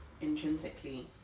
intrinsically